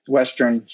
western